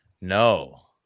No